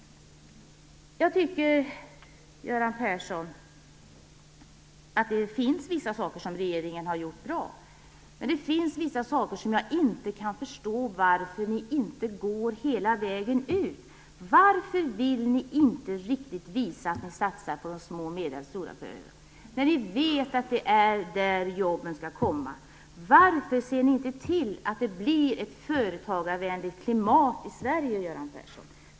Jag tycker att det finns vissa saker som regeringen har gjort bra, Göran Persson. Men det finns också vissa saker där jag inte kan förstå varför ni inte går hela vägen. Varför vill ni inte riktigt visa att ni satsar på de små och medelstora företagen, när vi vet att det är där jobben skall komma? Varför ser ni inte till att det blir ett företagarvänligt klimat i Sverige, Göran Persson?